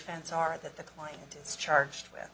ense are that the client is charged with